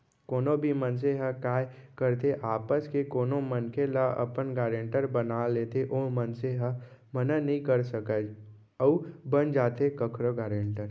कोनो भी मनसे ह काय करथे आपस के कोनो मनखे ल अपन गारेंटर बना लेथे ओ मनसे ह मना नइ कर सकय अउ बन जाथे कखरो गारेंटर